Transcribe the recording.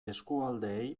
eskualdeei